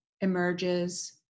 emerges